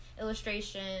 illustration